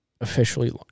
officially –